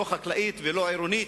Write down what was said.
לא חקלאית ולא עירונית,